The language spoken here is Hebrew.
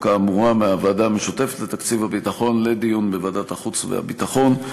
האמורה מהוועדה המשותפת לתקציב הביטחון לדיון בוועדת החוץ והביטחון.